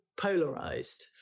polarized